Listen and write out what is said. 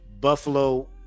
Buffalo